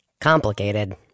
Complicated